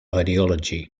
ideology